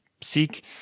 Seek